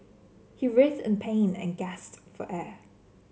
he writhes in pain and guessed for air